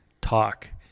talk